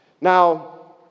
Now